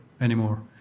anymore